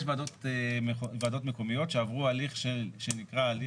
יש ועדות מקומיות שעברו הליך של הסמכה.